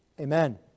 Amen